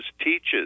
teaches